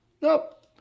Nope